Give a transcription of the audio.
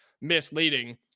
misleading